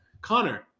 Connor